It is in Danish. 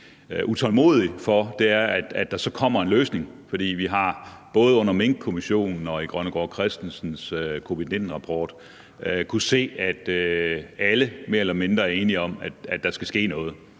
utålmodig efter, er, at der så kommer en løsning. Vi har både under Minkkommissionen og i Jørgen Grønnegaard Christensens covid-19-rapport kunnet se, at alle mere eller mindre er enige om, at der skal ske noget.